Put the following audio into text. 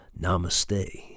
Namaste